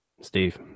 Steve